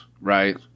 right